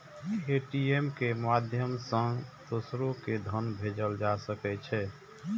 ATM के माध्यम सं दोसरो कें धन भेजल जा सकै छै